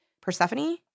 Persephone